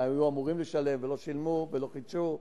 היו אמורים לשלם ולא שילמו ולא חידשו.